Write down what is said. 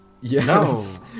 yes